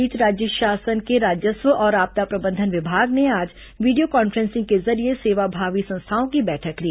इस बीच राज्य सासन के राजस्व और आपदा प्रबंधन विभाग ने आज वीडियो कान्फ्रेंसिंग के जरिए सेवाभावी संस्थाओं की बैठक ली